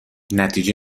نتیجه